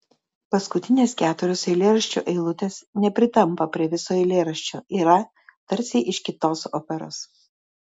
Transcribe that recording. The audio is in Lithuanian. paskutinės keturios eilėraščio eilutės nepritampa prie viso eilėraščio yra tarsi iš kitos operos